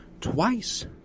twice